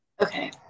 Okay